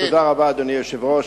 תודה רבה, אדוני היושב-ראש.